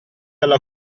alla